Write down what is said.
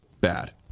bad